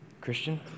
Christian